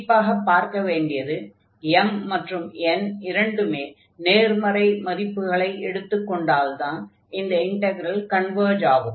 குறிப்பாக பார்க்க வேண்டியது m மற்றும் n இரண்டுமே நேர்மறை மதிப்புகளை எடுத்துக் கொண்டால்தான் இந்த இன்டக்ரல் கன்வர்ஜ் ஆகும்